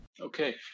Okay